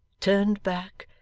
turned back,